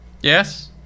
Yes